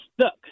stuck